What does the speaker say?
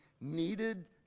needed